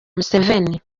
museveni